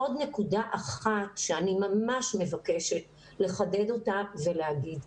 עוד נקודה אחת שאני ממש מבקשת לחדד אותה ולהגיד.